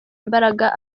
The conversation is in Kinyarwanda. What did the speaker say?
imbaraga